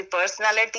personality